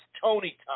Tony